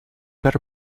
better